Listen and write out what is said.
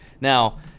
now